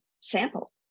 Sample